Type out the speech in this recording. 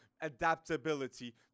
adaptability